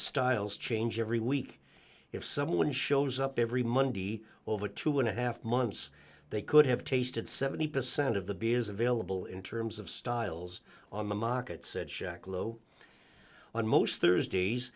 styles change every week if someone shows up every monday over two and a half months they could have tasted seventy percent of the beers available in terms of styles on the market said jack low on most thursdays